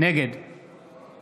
נגד